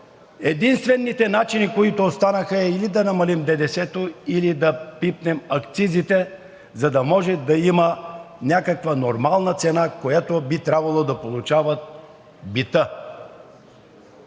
единствените начини, които останаха, са или да намалим ДДС, или да пипнем акцизите, за да може да има някаква нормална цена, която би трябвало да получава битът.